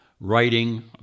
writing